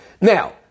Now